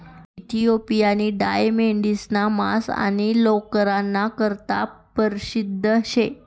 इथिओपियानी डाय मेढिसना मांस आणि लोकरना करता परशिद्ध शे